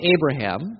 Abraham